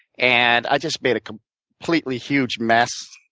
and i just made a completely huge mess.